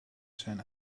zijn